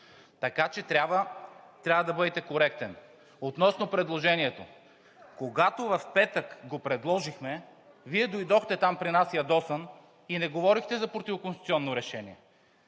Така че трябва да бъдете коректен. Относно предложението. Когато в петък го предложихме, Вие дойдохте там при нас ядосан и не говорихте за противоконституционно решение.